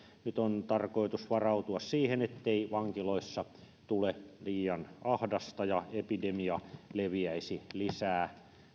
nyt on tarkoitus varautua siihen ettei vankiloissa tule liian ahdasta eikä epidemia leviäisi lisää